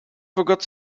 forgot